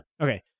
Okay